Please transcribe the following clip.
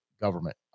Government